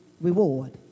reward